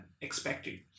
expected